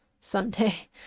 someday